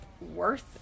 worth